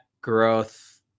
growth